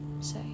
say